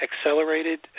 accelerated